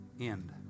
End